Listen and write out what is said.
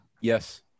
Yes